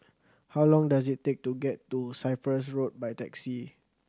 how long does it take to get to Cyprus Road by taxi